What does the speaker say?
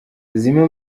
zimwe